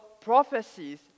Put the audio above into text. prophecies